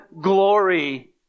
glory